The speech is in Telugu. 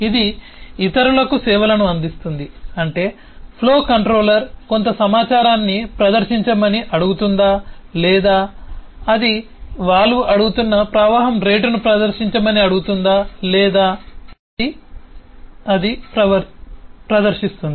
ఇది ఇతరులకు సేవలను అందిస్తుంది అంటే ఫ్లో కంట్రోలర్ కొంత సమాచారాన్ని ప్రదర్శించమని అడుగుతుందా లేదా అది వాల్వ్ అడుగుతున్న ప్రవాహం రేటును ప్రదర్శించమని అడుగుతుందా లేదా అది ప్రదర్శిస్తుంది